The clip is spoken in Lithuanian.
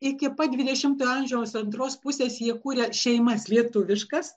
iki pat dvidešimtojo amžiaus antros pusės jie kūrė šeimas lietuviškas